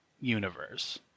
universe